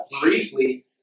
briefly